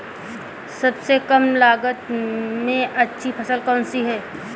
सबसे कम लागत में अच्छी फसल कौन सी है?